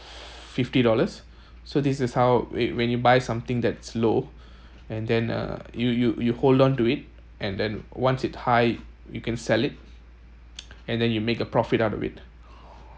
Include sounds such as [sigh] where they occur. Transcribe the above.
fifty dollars so this is how w~ when you buy something that’s low [breath] and then uh you you you hold on to it and then once it high you can sell it [noise] and then you make a profit out of it